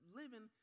living